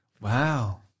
Wow